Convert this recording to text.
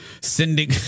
sending